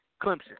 Clemson